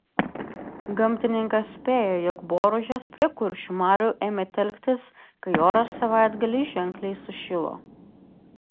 gamtininkas spėja jog boružės prie kuršių marių ėmė telktis kai oras savaitgalį ženkliai sušilo